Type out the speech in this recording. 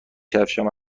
کفشهام